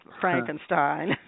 Frankenstein